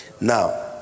Now